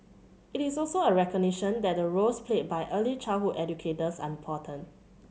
it is also a recognition that the roles played by early childhood educators are important